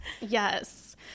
Yes